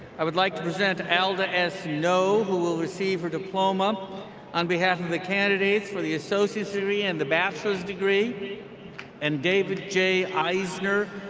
i would like to present alda s. ngo you know who will receive her diploma on behalf of the candidates for the associate degree and the bachelor's degree and david j eisner,